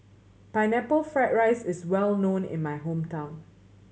Pineapple Fried rice is well known in my hometown